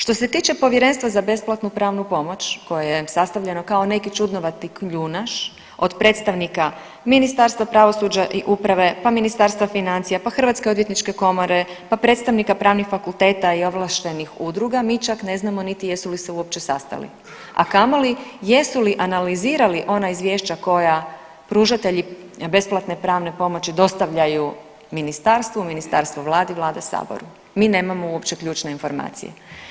Što se tiče Povjerenstva za besplatnu pravnu pomoć koje je sastavljeno kao neki čudnovati kljunaš od predstavnika Ministarstva pravosuđa i uprave, pa Ministarstva financija, pa Hrvatske odvjetničke komore, pa predstavnika pravnih fakulteta i ovlaštenih udruga, mi čak ne znamo niti jesu li se uopće sastali, a kamoli jesu li analizirali ona izvješća koja pružatelji besplatne pravne pomoći dostavljaju ministarstvu, ministarstvo vladi, vlada saboru, mi nemamo uopće ključne informacije.